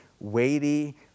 weighty